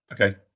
Okay